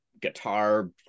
guitar